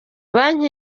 banki